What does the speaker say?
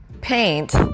paint